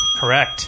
Correct